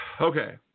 Okay